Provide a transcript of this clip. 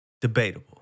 Debatable